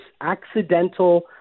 accidental